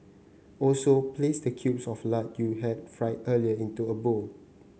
also place the cubes of lard you had fried earlier into a bowl